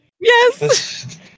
yes